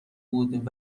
بود